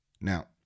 Now